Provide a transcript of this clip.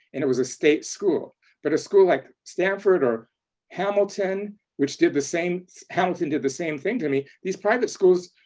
and it was a state school, but a school like stanford or hamilton which did the same hamilton did the same thing to me, these private schools,